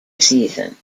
season